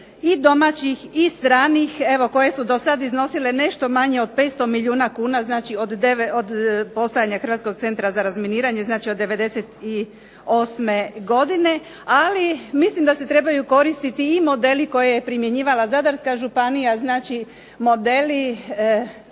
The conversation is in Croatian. i domaćih i stranih, evo koje su dosad iznosile nešto manje od 500 milijuna kuna, znači od postojanja HCR-a, znači od '98. godine, ali mislim da se trebaju koristiti i modeli koje je primjenjivala Zadarska županija. Znači, modeli